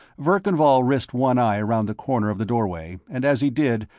verkan vall risked one eye around the corner of the doorway, and as he did,